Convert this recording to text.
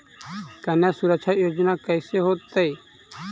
कन्या सुरक्षा योजना कैसे होतै?